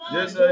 Yes